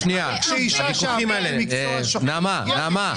כאשר אישה שעובדת במקצוע שוחק --- אני פורטת את זה למענים.